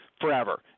forever